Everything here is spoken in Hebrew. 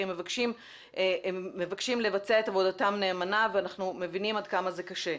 הם מבקשים לבצע את עבודתם נאמנה ואנחנו מבינים עד כמה זה קשה.